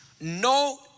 no